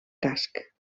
casc